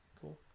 Cool